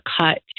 cut